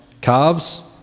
calves